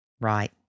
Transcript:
Right